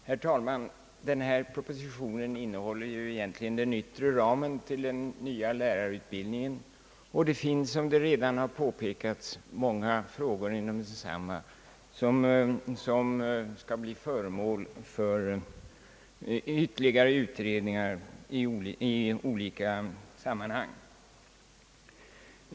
Herr talman! Denna proposition innehåller egentligen bara den yttre ramen till den nya lärarutbildningen. Som redan påpekats finns det många frågor inom densamma som skall bli föremål för ytterligare utredningar i olika sammanhang.